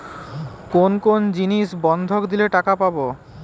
কোন কোন জিনিস বন্ধক দিলে টাকা পাব?